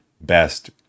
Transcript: best